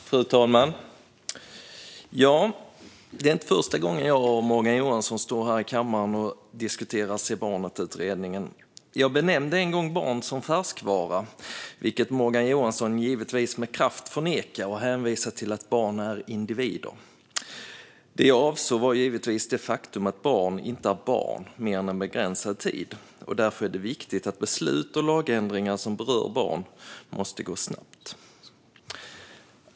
Fru talman! Det är inte första gången jag och Morgan Johansson står här i kammaren och diskuterar utredningen Se barnet! Jag benämnde en gång barn som färskvaror, vilket Morgan Johansson givetvis med kraft förnekade med hänvisning till att barn är individer. Det jag avsåg var det faktum att barn inte är barn mer än en begränsad tid och att det därför är extra viktigt att beslut och lagändringar som berör barn måste gå snabbt.